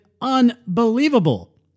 unbelievable